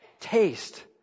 Taste